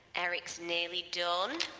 eric's nearly done.